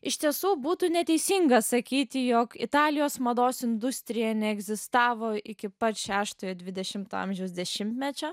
iš tiesų būtų neteisinga sakyti jog italijos mados industrija neegzistavo iki pat šeštojo dvidešimto amžiaus dešimtmečio